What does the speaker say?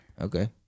Okay